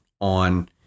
on